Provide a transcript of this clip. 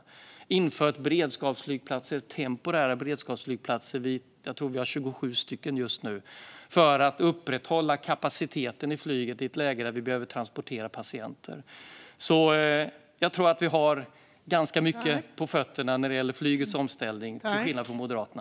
Vi inför beredskapsflygplatser och temporära beredskapsflygplatser - jag tror att vi har 27 stycken just nu - för att upprätthålla kapaciteten i flyget i ett läge där vi behöver transportera patienter. Jag tror alltså att vi har ganska mycket på fötterna när det gäller flygets omställning, till skillnad från Moderaterna.